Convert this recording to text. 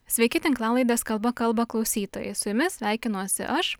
sveiki tinklalaidės kalba kalba klausytojai su jumis sveikinuosi aš